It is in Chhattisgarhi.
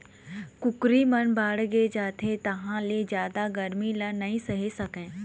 कुकरी मन बाड़गे जाथे तहाँ ले जादा गरमी ल नइ सहे सकय